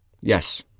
yes